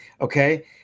okay